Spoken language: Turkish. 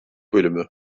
bölümü